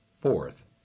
Fourth